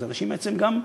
אז האנשים בעצם גם,